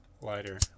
Lighter